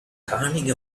cunning